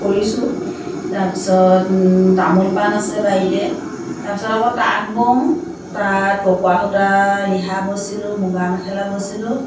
কৰিছোঁ তাৰপিছত তামোল পাণ আছে বাৰীতে তাৰপিছত আকৌ তাঁত বওঁ তাঁত পকোৱা সূতা ৰিহা বৈছিলোঁ মুগা মেখেলা বৈছিলোঁ